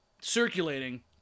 circulating